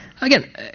again